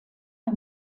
der